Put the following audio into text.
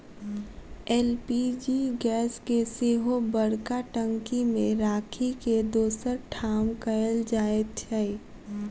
LPG gas के सेहो बड़का टंकी मे राखि के दोसर ठाम कयल जाइत छै